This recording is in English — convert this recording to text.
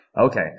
Okay